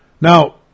Now